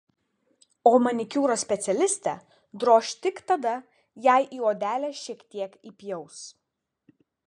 o manikiūro specialistę droš tik tada jei į odelę šiek tiek įpjaus